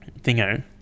thingo